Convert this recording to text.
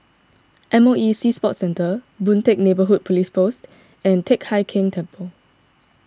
M O E Sea Sports Centre Boon Teck Neighbourhood Police Post and Teck Hai Keng Temple